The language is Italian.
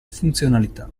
funzionalità